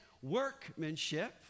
Workmanship